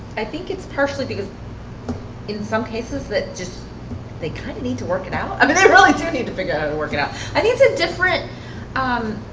i think it's partially in in some cases that just they kind of need to work it out i mean, i really do need to figure out and work it out. i needs a different um